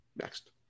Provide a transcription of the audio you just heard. Next